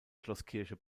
schlosskirche